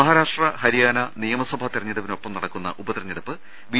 മഹാരാഷ്ട്ര ഹരിയാന നിയ മസഭാ തെരഞ്ഞെടുപ്പിനൊപ്പം നടക്കുന്ന ഉപതെരഞ്ഞെടുപ്പ് ബി